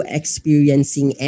experiencing